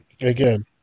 again